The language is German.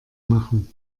machen